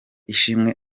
ishimwe